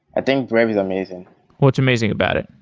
i think brave is amazing what's amazing about it?